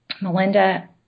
Melinda